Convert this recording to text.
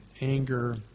anger